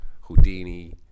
Houdini